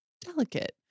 delicate